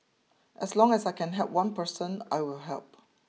as long as I can help one person I will help